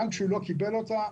גם כשהוא לא קיבל אותה,